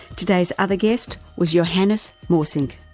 today's other guest was johannes morsink.